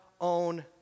own